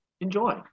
Enjoy